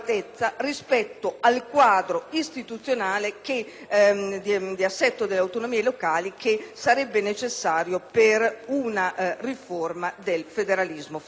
al quadro istituzionale di assetto delle autonomie locali che sarebbe necessario per una riforma del federalismo fiscale.